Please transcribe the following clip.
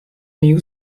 new